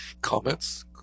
Comments